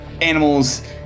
animals